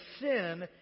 sin